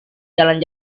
jalan